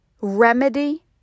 remedy